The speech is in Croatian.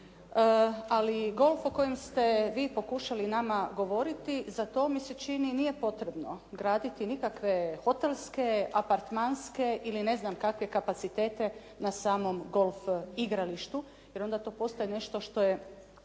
Ali i golfu o kojem ste vi pokušali nama govoriti za to mi se čini nije potrebno graditi nikakve hotelske apartmanske ili ne znam kakve kapacitete na samom golf igralištu, jer onda to postaje nešto što je